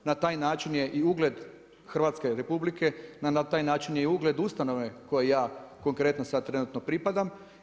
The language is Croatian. Na taj način je i ugled Hrvatske Republike, na taj način je i ugled ustanove kojoj ja konkretno sad trenutno pripadam.